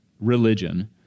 religion